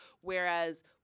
Whereas